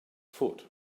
foot